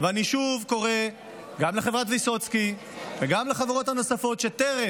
ואני שוב קורא גם לחברת ויסוצקי וגם לחברות הנוספות שטרם